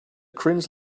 cringe